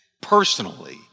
personally